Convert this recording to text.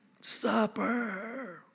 supper